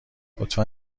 لطفا